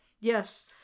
Yes